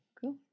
cool